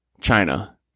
China